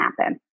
happen